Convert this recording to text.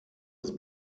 ist